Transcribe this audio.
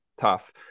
Tough